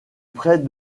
près